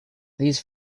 these